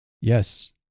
Yes